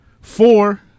four